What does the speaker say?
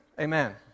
amen